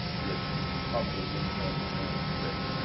that you probably wouldn't want to drink straight.